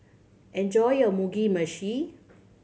enjoy your Mugi Meshi